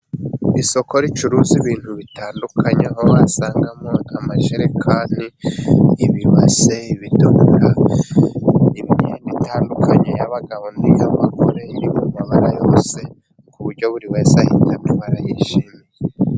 Isoko ricuruza ibintu bitandukanye, aho wasangamo amajerekani, ibibase, ibidomora, imyenda itandukanye y'abagabo n'iy'abagore iri mu mabara yose, ku buryo buri wese ahitamo ibara yishimye.